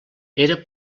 era